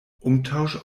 umtausch